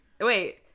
Wait